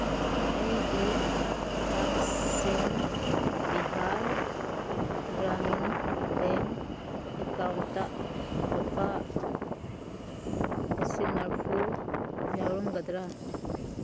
ꯑꯩꯒꯤ Dakshin Bihar Gramin bank account ꯂꯨꯄꯥ ꯂꯤꯁꯤꯡ ꯃꯔꯤꯐꯨ ꯌꯥꯎꯔꯝꯒꯗ꯭ꯔꯥ